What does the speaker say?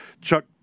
Chuck